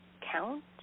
count